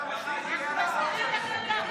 אבל אין חוקה.